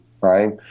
right